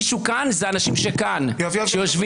מישהו שכאן זה האנשים שכאן שיושבים.